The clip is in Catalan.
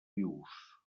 vius